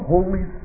Holy